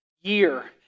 year